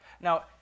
Now